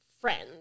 friends